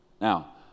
Now